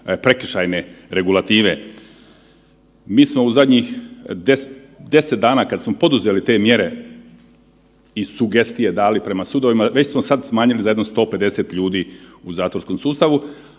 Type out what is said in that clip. prekršajne regulative. Mi smo u zadnjih 10 dana kada smo poduzeli te mjere i sugestije dali prema sudovima, već smo sada smanjili za jedno 150 ljudi u zatvorskom sustavu.